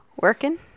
working